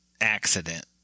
accident